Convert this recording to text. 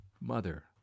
mother